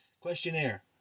Questionnaire